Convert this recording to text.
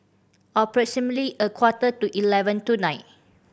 approximately a quarter to eleven tonight